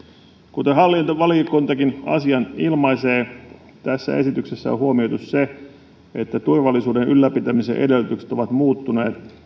kuten hallintovaliokuntakin asian ilmaisee tässä esityksessä on huomioitu se että turvallisuuden ylläpitämisen edellytykset ovat muuttuneet